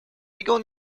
регион